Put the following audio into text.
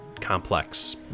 complex